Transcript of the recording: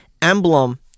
Emblem